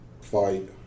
fight